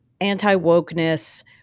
anti-wokeness